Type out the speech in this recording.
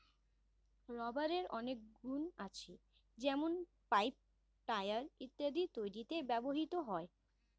রাবারের অনেক গুন আছে যেমন পাইপ, টায়র ইত্যাদি তৈরিতে ব্যবহৃত হয়